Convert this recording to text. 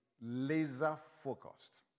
laser-focused